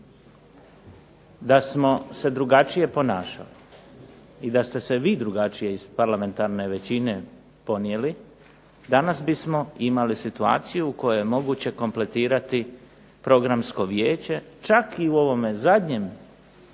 Da smo se drugačije ponašali i da ste se vi drugačije iz parlamentarne većine ponijeli, danas bi imali situaciju u kojoj je moguće kompletirati Programsko vijeće čak i u ovom zadnjem